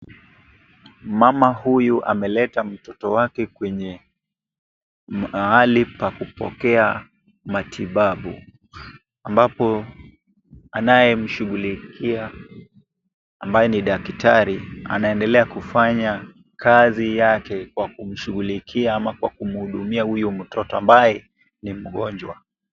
Mama huyu ameleta mtoto wake kwenye mahali pa kupokea matibabu, ambapo anayemshughulikia ambaye ni daktari, anaendelea kufanya kazi yake, kwa kumshughulikia ama kwa kumuhudumia huyo mtoto, ambaye ni mgonjwa.